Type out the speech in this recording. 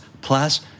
plus